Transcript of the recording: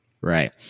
Right